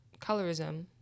colorism